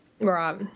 Right